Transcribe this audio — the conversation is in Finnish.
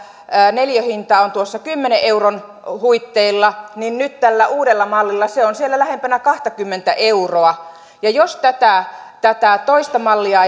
neliöhinta on tuossa kymmenen euron huitteilla niin nyt tällä uudella mallilla se on siellä lähempänä kahtakymmentä euroa jos tätä tätä toista mallia